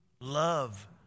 Love